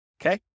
Okay